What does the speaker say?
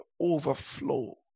overflow